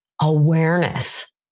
Awareness